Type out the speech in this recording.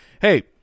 hey